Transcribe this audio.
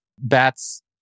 bats